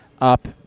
up